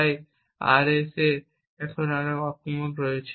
তাই আরএসএ তে আরও অনেক আক্রমণ হয়েছে